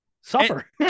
suffer